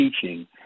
teaching